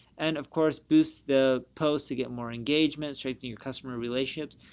and of course, boost the post to get more engagements, strengthen your customer relationships.